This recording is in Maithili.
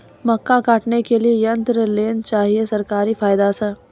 मक्का काटने के लिए यंत्र लेल चाहिए सरकारी फायदा छ?